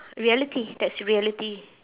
reality that's reality